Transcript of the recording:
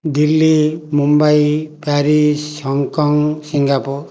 Delhi Mumbai Paris Hong Kong Singapore